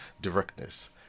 directness